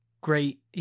great